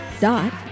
dot